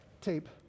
tape